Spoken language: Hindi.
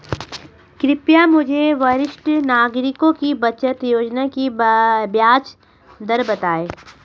कृपया मुझे वरिष्ठ नागरिकों की बचत योजना की ब्याज दर बताएं